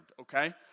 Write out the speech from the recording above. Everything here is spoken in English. okay